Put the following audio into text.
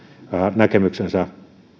näkemyksensä